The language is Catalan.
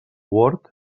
word